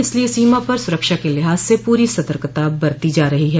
इसलिये सीमा पर सुरक्षा के लिहाज से पूरी सतर्कता बरती जा रही है